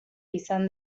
izan